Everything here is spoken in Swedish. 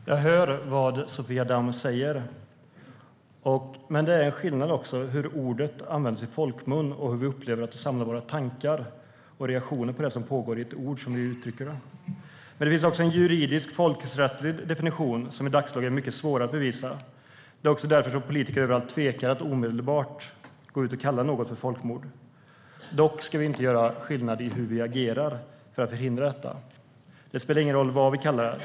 Herr talman! Jag hör vad Sofia Damm säger. Men det är skillnad mellan hur ordet används i folkmun och hur vi med ett ord uttrycker våra tankar och reaktioner på det som pågår. Det finns också en juridisk folkrättslig definition som i dagsläget är mycket svårare att bevisa. Det är därför som politiker överallt tvekar att omedelbart gå ut och kalla något för folkmord. Dock ska vi inte göra skillnad i hur vi agerar för att förhindra detta. Det spelar ingen roll vad vi kallar det.